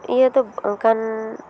ᱤᱭᱟᱹ ᱫᱚ ᱚᱱᱠᱟᱱ